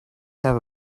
have